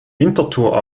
winterthur